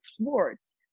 sports